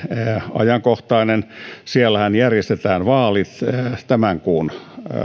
ajankohtainen siellähän järjestetään vaalit tämän kuun